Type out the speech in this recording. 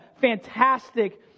fantastic